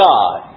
God